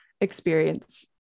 experience